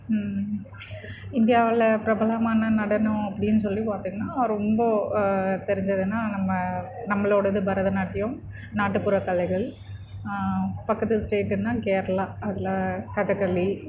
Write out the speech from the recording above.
இந்தியாவில் பிரபலமான நடனம் அப்படினு சொல்லி பார்த்திங்கன்னா ரொம்ப தெரிஞ்சதுனா நம்ம நம்மளோடது பரத நாட்டியம் நாட்டுப்புற கலைகள் பக்கத்து ஸ்டேட்டுனா கேரளா அதில் கதகளி